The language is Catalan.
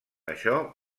això